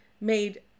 made